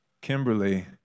Kimberly